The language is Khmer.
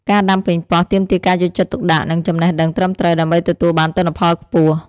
ការដាំប៉េងប៉ោះទាមទារការយកចិត្តទុកដាក់ និងចំណេះដឹងត្រឹមត្រូវ ដើម្បីទទួលបានទិន្នផលខ្ពស់។